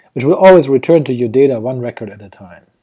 which will always return to your data one record at a time.